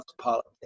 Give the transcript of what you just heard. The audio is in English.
politics